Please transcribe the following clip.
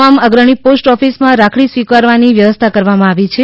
તમામ અગ્રણી પોસ્ટ ઓફિસમાં રાખડી સ્વીકારવાની વ્યસ્થા કરવામાં આવી છે